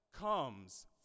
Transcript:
comes